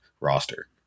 roster